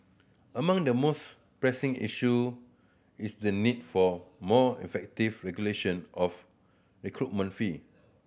among the most pressing issue is the need for more effective regulation of recruitment fee